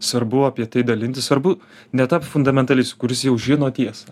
svarbu apie tai dalintis svarbu netapt fundamentalistu kuris jau žino tiesą